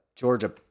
Georgia